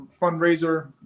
fundraiser